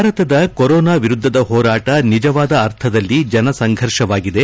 ಭಾರತದ ಕೊರೋನಾ ವಿರುದ್ದದ ಹೋರಾಟ ನಿಜವಾದ ಅರ್ಥದಲ್ಲಿ ಜನ ಸಂಘರ್ಷವಾಗಿದೆ